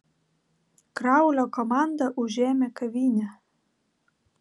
kraulio komanda užėmė kavinę